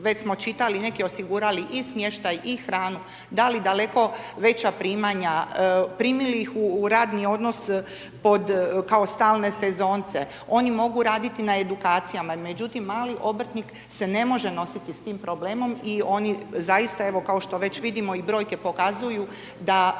već smo čitali, neke osigurali i smještaj i hranu, dali daleko veća primanja, primili ih u radni odnos kao pod, kao stalne sezonce. Oni mogu raditi na edukacijama međutim mali obrtnik se ne može nositi sa tim problemom i oni zaista evo kao što već vidimo i brojke pokazuju da